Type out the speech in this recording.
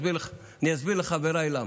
אני אסביר לחבריי למה.